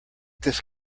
this